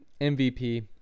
MVP